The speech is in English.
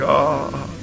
God